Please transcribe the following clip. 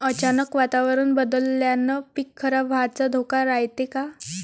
अचानक वातावरण बदलल्यानं पीक खराब व्हाचा धोका रायते का?